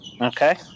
Okay